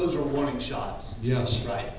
those are warning shots yeah right